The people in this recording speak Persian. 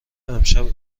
امشب